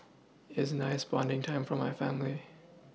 isn't nice bonding time for my family